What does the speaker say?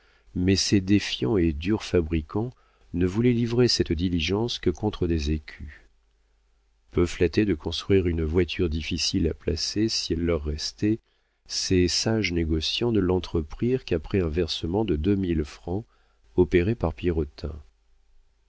mais ces défiants et durs fabricants ne voulaient livrer cette diligence que contre des écus peu flattés de construire une voiture difficile à placer si elle leur restait ces sages négociants ne l'entreprirent qu'après un versement de deux mille francs opéré